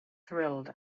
thrilled